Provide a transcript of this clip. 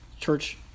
church